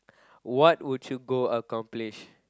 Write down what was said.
what would you go accomplish